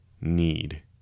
need